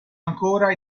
ancora